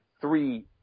three